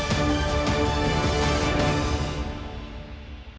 Дякую.